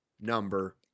number